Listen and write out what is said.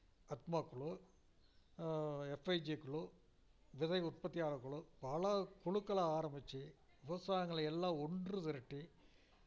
அக்மாக் குழு எஃப்ஐஜி குழு விதை உற்பத்தியாளர் குழு பல குழுக்களை ஆரம்மிச்சி விவசாயிங்களை எல்லாம் ஒன்று திரட்டி